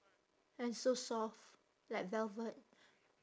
and so soft like velvet